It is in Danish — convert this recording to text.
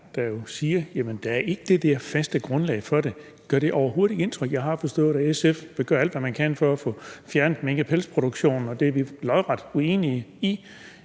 der jo siger, at der ikke er det der faste grundlag for det, gør det så overhovedet ikke indtryk? Jeg har forstået, at SF vil gøre alt, hvad man kan, for at få fjernet mink- og pelsproduktionen, og det er vi lodret uenige i.